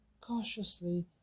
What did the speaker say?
cautiously